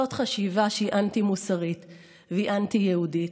זו חשיבה שהיא אנטי-מוסרית והיא אנטי-יהודית,